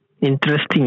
Interesting